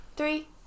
three